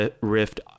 Rift